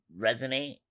resonate